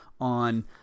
on